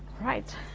right.